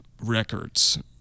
Records